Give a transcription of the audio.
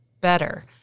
better